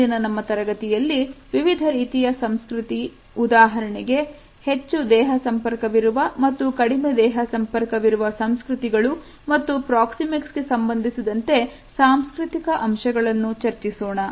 ಮುಂದಿನ ನಮ್ಮ ತರಗತಿಯಲ್ಲಿ ವಿವಿಧ ರೀತಿಯ ಸಂಸ್ಕೃತಿ ಉದಾಹರಣೆಗೆ ಹೆಚ್ಚು ದೇಹ ಸಂಪರ್ಕವಿರುವ ಮತ್ತು ಕಡಿಮೆ ದೇಹ ಸಂಪರ್ಕವಿರುವ ಸಂಸ್ಕೃತಿಗಳು ಮತ್ತು ಪ್ರಾಕ್ಸಿಮಿಕ್ಸ್ ಗೆ ಸಂಬಂಧಿಸಿದಂತೆ ಸಾಂಸ್ಕೃತಿಕ ಅಂಶಗಳನ್ನು ಚರ್ಚಿಸೋಣ